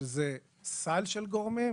שזה סל של גורמים,